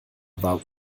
war